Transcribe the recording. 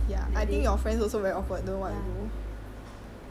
ya is very awkward leh that day